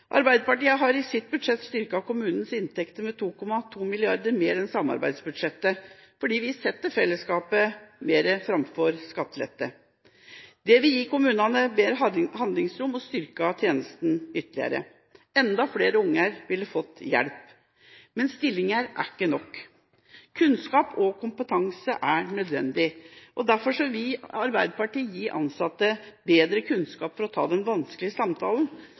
Arbeiderpartiet har i sitt budsjett styrket kommunenes inntekter med 2,2 mrd. kr mer enn samarbeidsbudsjettet fordi vi setter felleskapet framfor skattelette. Det ville gitt kommunene mer handlingsrom og styrket tjenesten ytterligere – enda flere unger ville fått hjelp. Men stillinger er ikke nok, kunnskap og kompetanse er nødvendig. Derfor vil vi i Arbeiderpartiet gi ansatte bedre kunnskap for å ta den vanskelige samtalen,